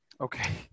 Okay